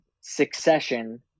Succession